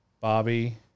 Bobby